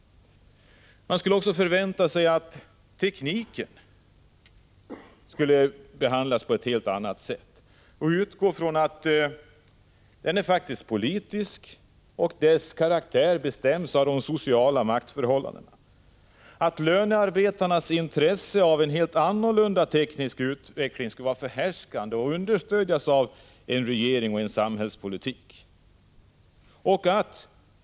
Man skulle också förvänta sig att tekniken behandlades på ett helt annat sätt. Den är faktiskt politisk, och dess karaktär bestäms av de sociala maktförhållandena. Lönearbetarnas intresse av en helt annorlunda teknisk utveckling borde vara förhärskande och understödjas av en regering och en samhällspolitik.